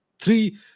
three